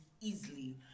easily